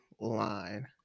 Line